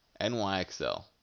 NYXL